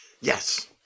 yes